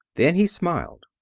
then he smiled.